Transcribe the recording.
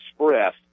express